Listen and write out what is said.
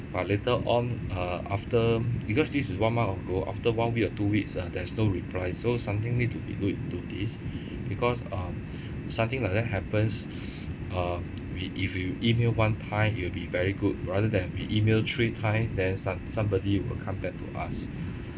but later on uh after because this is one month ago after one week or two weeks ah there's no reply so something need to be looked into this because um something like that happens uh we if we E-mail one time it will be very good rather than we E-mail three times then some somebody will come back to us